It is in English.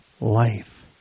life